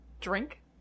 Drink